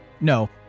No